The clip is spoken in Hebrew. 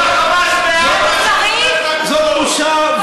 כל החמאס באום אל-פחם, זה מוסרי?